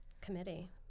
committee